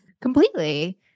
completely